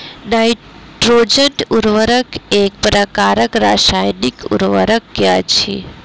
nitrogen उर्वरक एक प्रकारक रासायनिक उर्वरक अछि